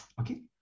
Okay